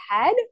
ahead